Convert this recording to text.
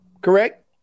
Correct